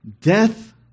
death